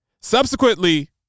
subsequently